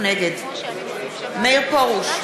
נגד מאיר פרוש,